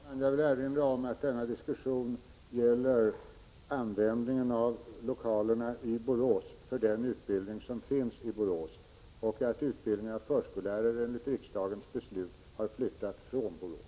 Herr talman! Jag vill erinra om att denna diskussion gäller användning av lokalerna i Borås för den utbildning som finns i Borås och att utbildningen av förskollärare enligt riksdagens beslut har flyttats från Borås.